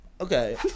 okay